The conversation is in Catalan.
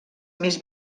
més